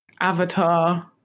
Avatar